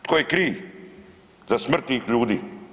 Tko je kriv za smrt tih ljudi?